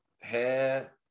hair